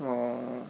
orh